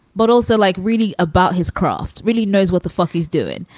but also like really about his craft really knows what the fuck he's doing.